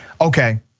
Okay